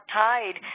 tied